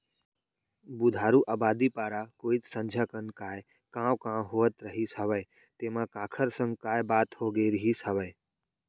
बुधारू अबादी पारा कोइत संझा कन काय कॉंव कॉंव होत रहिस हवय तेंमा काखर संग काय बात होगे रिहिस हवय?